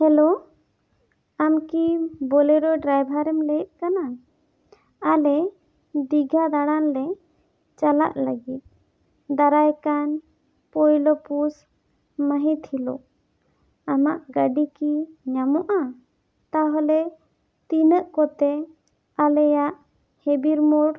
hello ᱟᱢ ᱠᱤ ᱵᱳᱞᱮᱨᱳ ᱰᱟᱭᱵᱟᱨᱮᱢ ᱞᱟ ᱭᱮᱫ ᱠᱟᱱᱟ ᱟᱞᱮ ᱫᱤᱜᱷᱟ ᱫᱟᱬᱟᱱ ᱞᱮ ᱪᱟᱞᱟᱜ ᱞᱟᱹᱜᱤᱫ ᱫᱟᱨᱟᱭ ᱠᱟᱱ ᱯᱳᱭᱞᱳ ᱯᱩᱥ ᱢᱟᱹᱦᱤᱛ ᱦᱤᱞᱚᱜ ᱟᱢᱟᱜ ᱜᱟᱹᱰᱤ ᱠᱤ ᱧᱟᱢᱚᱜᱼᱟ ᱛᱟᱦᱚᱞᱮ ᱛᱤᱱᱟᱹᱜ ᱠᱚᱛᱮᱢ ᱟᱞᱮᱭᱟᱜ ᱦᱮᱵᱤ ᱢᱳᱲ